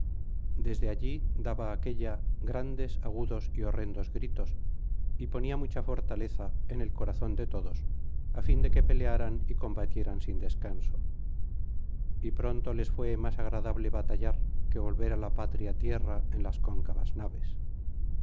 desde allí daba aquélla gt andes agudos y horrendos gritos y ponía mucha fortaleza en el corazón de todos á fin de que pelearan y combatieran sin descanso y pronto les fué más agradable batallar que volver á la patria tierra en las cóncavas naves